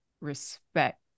respect